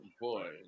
Boy